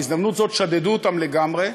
בהזדמנות זאת שדדו אותם לגמרי.